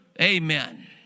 Amen